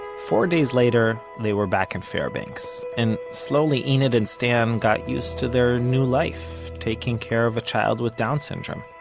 four days later, they were back in and fairbanks, and slowly enid and stan got used to their new life taking care of a child with down syndrome